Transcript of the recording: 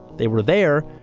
they were there,